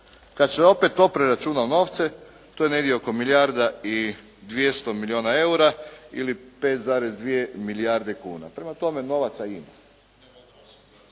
Kada sve opet to preračunamo u novce to je negdje oko milijarda i 200 milijuna eura ili 5,2 milijarde kuna. Prema tome, novaca ima.